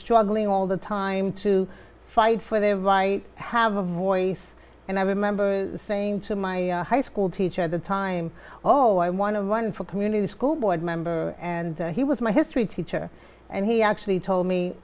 struggling all the time to fight for their vite have a voice and i remember saying to my high school teacher at the time oh i want to run for community school board member and he was my history teacher and he actually told me